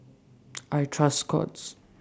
I Trust Scott's